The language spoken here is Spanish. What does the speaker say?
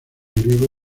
griego